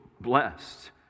blessed